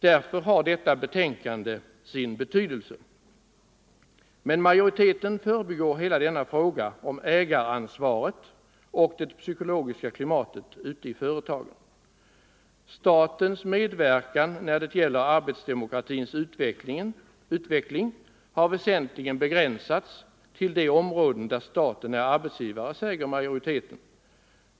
Därför har detta betänkande sin betydelse. Men majoriteten förbigår hela denna fråga om ägaransvaret och det psykologiska klimatet ute i företagen. Statens medverkan när det gäller arbetsdemokratins utveckling har väsentligen begränsats till de områden där staten är arbetsgivare, säger majoriteten.